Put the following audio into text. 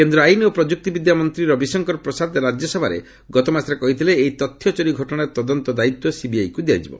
କେନ୍ଦ୍ର ଆଇନ ଓ ପ୍ରଯୁକ୍ତିବିଦ୍ୟା ମନ୍ତ୍ରୀ ରବିଶଙ୍କର ପ୍ରସାଦ ରାଜ୍ୟସଭାରେ ଗତମାସରେ କହିଥିଲେ ଏହି ତଥ୍ୟ ଚୋରି ଘଟଣାର ତଦନ୍ତ ଦାୟିତ୍ୱ ସିବିଆଇକୁ ଦିଆଯିବ